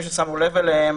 ששמנו לב אליהם,